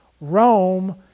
Rome